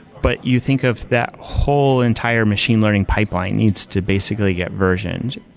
but you think of that whole entire machine learning pipeline needs to basically get versions.